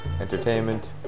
entertainment